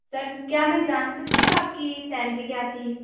sir क्या मैं जान सकती हूँ आपकी सैलरी क्या थी